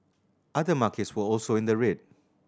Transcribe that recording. other markets were also in the red